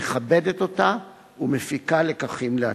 מכבדת אותה ומפיקה לקחים לעתיד.